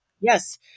Yes